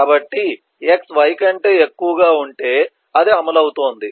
కాబట్టి x y కంటే ఎక్కువగా ఉంటే అది అమలు అవుతుంది